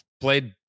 played